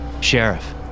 Sheriff